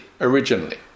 originally